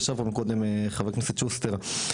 ישב פה מקודם חבר הכנסת שוסטר,